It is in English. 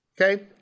okay